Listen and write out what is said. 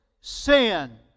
sin